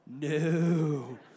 No